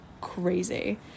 crazy